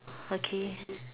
okay